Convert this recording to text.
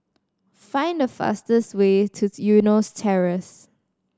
find the fastest way to Eunos Terrace